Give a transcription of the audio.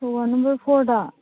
ꯋꯥꯔꯠ number ꯐꯣꯔꯗ